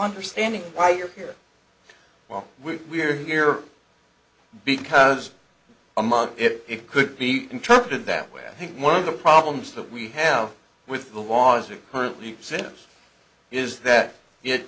understanding why you're here while we we're here because among it it could be interpreted that way i think one of the problems that we have with the laws who currently exist is that it